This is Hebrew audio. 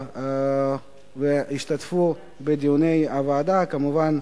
שהשתתפו בדיוני הוועדה, כמובן,